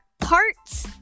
parts